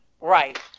Right